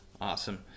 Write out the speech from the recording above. awesome